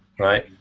right.